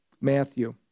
Matthew